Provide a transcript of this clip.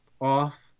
off